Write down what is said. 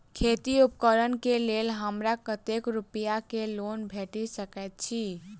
खेती उपकरण केँ लेल हमरा कतेक रूपया केँ लोन भेटि सकैत अछि?